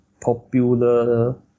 popular